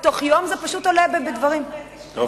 אוי, בתוך יום זה פשוט עולה בדברים, זה התעדכן.